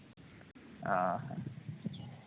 ᱚᱻ